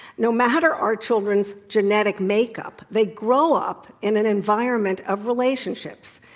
no matter our children's genetic makeup, they grow up in an environment of relationships,